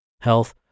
health